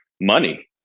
money